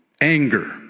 anger